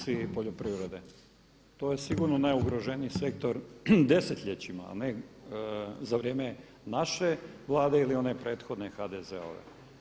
poziciji poljoprivrede, to je sigurno najugroženiji sektor desetljećima, a ne za vrijeme naše Vlade ili one prethodne HDZ-ove.